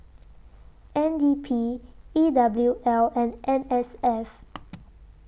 N D P E W L and N S F